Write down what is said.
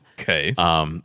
Okay